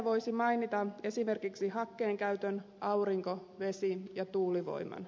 voisi mainita esimerkiksi hakkeen käytön aurinko vesi ja tuulivoiman